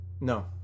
No